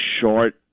short